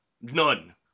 none